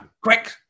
Quick